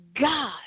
God